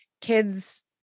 kids